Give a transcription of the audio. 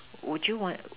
would you want